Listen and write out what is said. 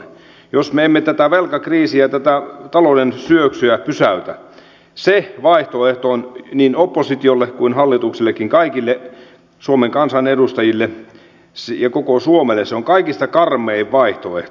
jos me emme tätä velkakriisiä tätä talouden syöksyä pysäytä se vaihtoehto on niin oppositiolle kuin hallituksellekin kaikille suomen kansanedustajille ja koko suomelle kaikista karmein vaihtoehto